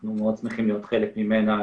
אנחנו מאוד שמחים להיות חלק ממנה.